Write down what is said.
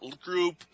group